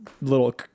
little